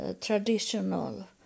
traditional